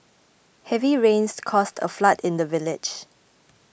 heavy rains caused a flood in the village